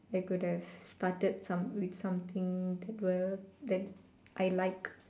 I could have started some with something that were that I like